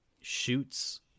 shoots